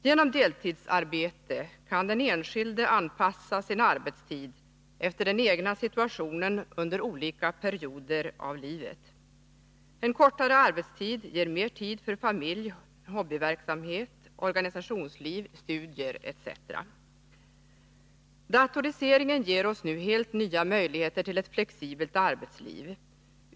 Genom deltidsarbete kan den enskilde anpassa sin arbetstid efter den egna situationen under olika perioder av livet. En kortare arbetstid ger mer tid för familj, hobbyverksamhet, organisationsliv, studier etc. Datoriseringen ger oss nu också helt nya möjligheter till ett flexibelt arbetsliv.